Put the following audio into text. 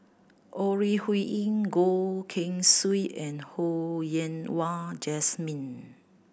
Ore Huiying Goh Keng Swee and Ho Yen Wah Jesmine